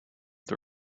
the